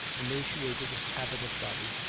emaciated habit of body,